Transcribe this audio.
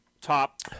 top